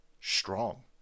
Strong